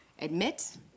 admit